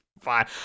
fine